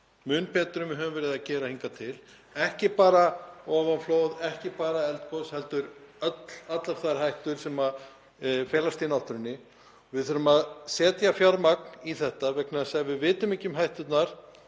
mun betur en við höfum verið að gera hingað til, ekki bara ofanflóð, ekki bara eldgos, heldur allar þær hættur sem felast í náttúrunni. Við þurfum að setja fjármagn í þetta vegna þess að ef við vitum ekki um hætturnar